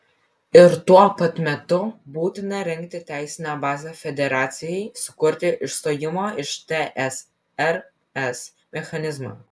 ir tuo pat metu būtina rengti teisinę bazę federacijai sukurti išstojimo iš tsrs mechanizmą